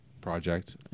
project